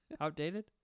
Outdated